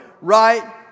right